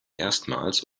erstmals